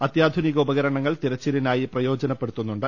അത്യാധുനിക ഉപകണങ്ങൾ തെരച്ചിലിനായി പ്രയോജ നപ്പെടുത്തുന്നുണ്ട്